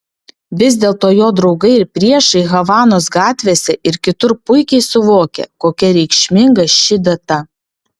vis dėlto jo draugai ir priešai havanos gatvėse ir kitur puikiai suvokia kokia reikšminga ši data